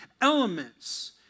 elements